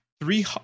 three